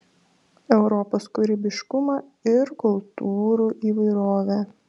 europos kūrybiškumą ir kultūrų įvairovę